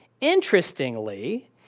Interestingly